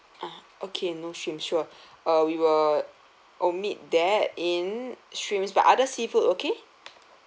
ah okay no shrimp sure uh we will omit that in shrimps but other seafood okay